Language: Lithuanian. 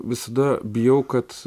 visada bijau kad